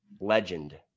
Legend